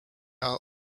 are